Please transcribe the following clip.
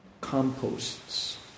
composts